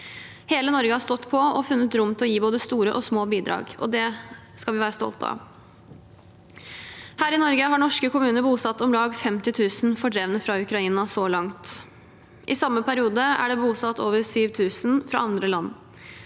Hele Norge har stått på og funnet rom til å gi både store og små bidrag, og det skal vi være stolte av. Her i Norge har norske kommuner bosatt om lag 50 000 fordrevne fra Ukraina så langt. I samme periode er det bosatt over 7 000 fra andre land.